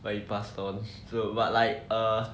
but he passed on so but like err